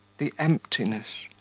the emptiness,